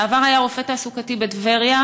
בעבר היה רופא תעסוקתי בטבריה,